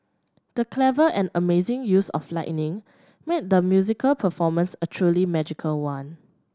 the clever and amazing use of lighting made the musical performance a truly magical one